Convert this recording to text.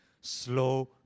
Slow